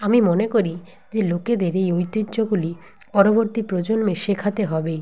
আমি মনে করি যে লোকেদের এই ঐতিহ্যগুলি পরবর্তী প্রজন্মে শেখাতে হবেই